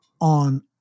on